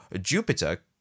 Jupiter